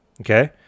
Okay